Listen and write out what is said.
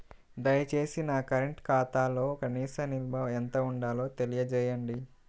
దయచేసి నా కరెంటు ఖాతాలో కనీస నిల్వ ఎంత ఉండాలో తెలియజేయండి